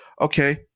Okay